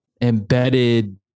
embedded